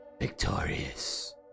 victorious